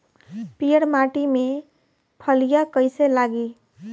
पीयर माटी में फलियां कइसे लागी?